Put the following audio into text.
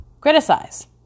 Criticize